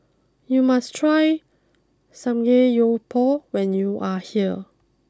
you must try Samgeyopsal when you are here